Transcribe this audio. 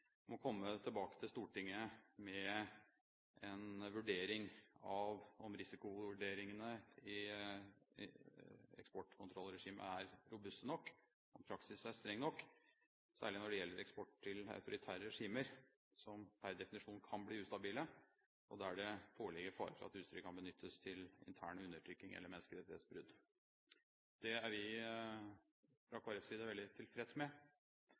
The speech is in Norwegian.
komme tilbake til Stortinget med en vurdering av om risikovurderingene i eksportkontrollregimet er robuste nok, om praksis er streng nok, særlig når det gjelder eksport til autoritære regimer som per definisjon kan bli ustabile, og der det foreligger fare for at utstyret kan benyttes til intern undertrykking eller menneskerettighetsbrudd. Det er vi fra Kristelig Folkepartis side veldig tilfreds med.